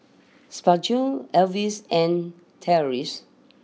Spurgeon Avis and Terese